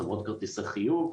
חברות כרטיסי חיוב.